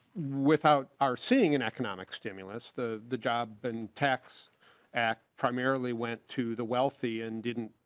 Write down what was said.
without are seeing an economic stimulus the the job in tax act primarily went to the wealthy and didn't.